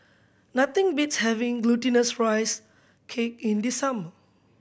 nothing beats having Glutinous Rice Cake in the summer